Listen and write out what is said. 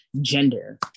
gender